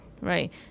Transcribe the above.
right